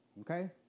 Okay